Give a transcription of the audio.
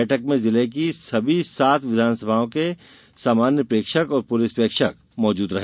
बैठक में जिले की सभी सात विधानसभाओं के सामान्य प्रेक्षक और पुलिस प्रेक्षक मौजूद रहे